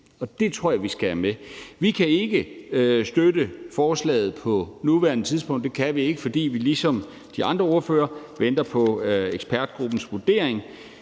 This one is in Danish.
Det tror jeg vi skal have med. Vi kan ikke støtte forslaget på nuværende tidspunkt. Det kan vi ikke, fordi vi ligesom de andre ordførere venter på ekspertgruppens vurdering.